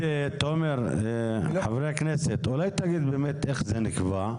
תגיד איך זה נקבע?